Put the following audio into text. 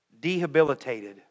dehabilitated